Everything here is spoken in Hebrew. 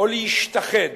או להשתחד